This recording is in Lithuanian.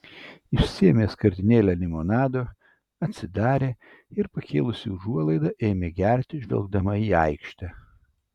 išsiėmė skardinėlę limonado atsidarė ir pakėlusi užuolaidą ėmė gerti žvelgdama į aikštę